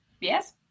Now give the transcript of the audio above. Yes